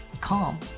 calm